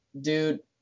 Dude